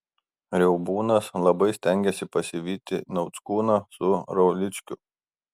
riaubūnas labai stengėsi pasivyti nauckūną su rauličkiu